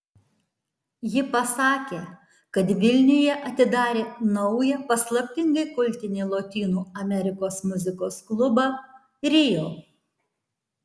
ji pasakė kad vilniuje atidarė naują paslaptingai kultinį lotynų amerikos muzikos klubą rio